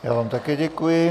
Já vám také děkuji.